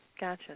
gotcha